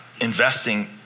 investing